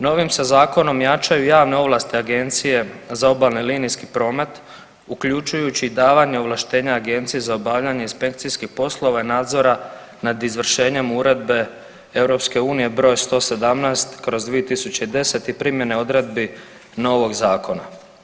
Novim se zakonom jačaju javne ovlasti Agencije za obalni linijski promet uključujući i davanja ovlaštenja agenciji za obavljanje inspekcijskih poslova i nadzora nad izvršenjem Uredbe EU broj 117/2010 i primjene odredbi novog zakona.